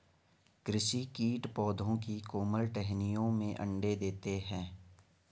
कृषि कीट पौधों की कोमल टहनियों में अंडे देते है